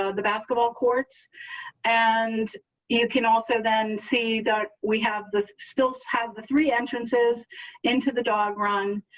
ah the basketball courts and you can also then see that we have the stills have the three entrances into the diagram.